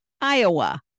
Iowa